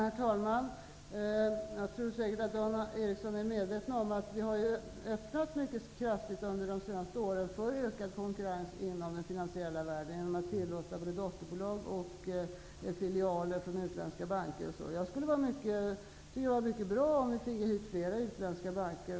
Herr talman! Dan Eriksson i Stockholm är säkert medveten om att vi under de senaste åren i stor utsträckning har öppnat för ökad konkurrens i den finansiella världen, genom att tillåta både dotterbolag, filialer för utländska banker, osv. Det skulle vara mycket bra om vi finge hit fler utländska banker.